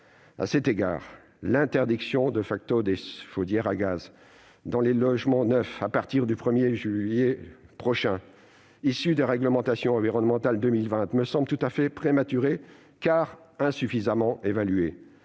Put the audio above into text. À cet égard, l'interdiction des chaudières à gaz dans les logements neufs, à compter du 1 juillet prochain, issue de la réglementation environnementale 2020, me semble tout à fait prématurée, car insuffisamment évaluée.